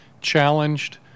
challenged